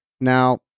Now